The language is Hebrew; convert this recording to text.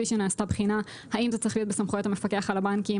בלי שנעשתה בחינה אם זה צריך להיות בסמכויות המפקח על הבנקים,